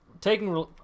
taking